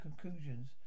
conclusions